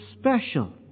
special